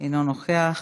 אינו נוכח,